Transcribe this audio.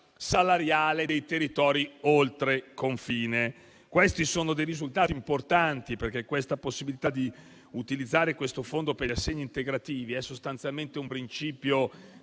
salariale dei territori oltre confine. Si tratta di risultati importanti, perché la possibilità di utilizzare questo fondo per gli assegni integrativi è un principio